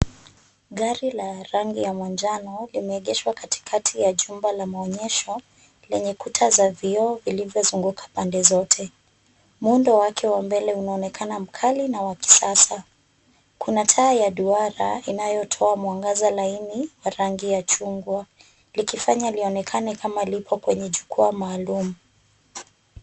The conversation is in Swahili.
Gari la rangi ya manjano limeegeshwa katikati ya jumba la maonyesho lenye kuta za vioo vilivyozunguka pande zote. Muundo wake wa mbele unaonekana mkali na wa kisasa. Kuna taa ya duara inayotoa mwangaza laini wa rangi ya chungwa. Likifanya lionekane kama lipo kwenye jukwaa maalum.